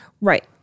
Right